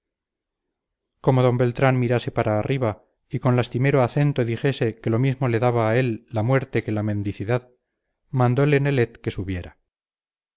como d beltrán mirase para arriba y con lastimero acento dijese que lo mismo le daba a él la muerte que la mendicidad mandole nelet que subiera